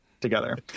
together